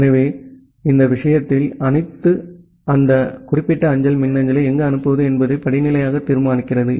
எனவே இந்த விஷயங்கள் அனைத்தும் அந்த குறிப்பிட்ட அஞ்சல் மின்னஞ்சலை எங்கு அனுப்புவது என்பதை படிநிலையாக தீர்மானிக்கிறது